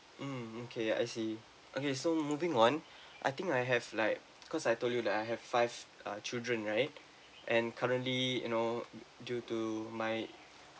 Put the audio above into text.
mm okay I see okay so moving on I think I have like because I told you that I have five uh children right and currently you know due to my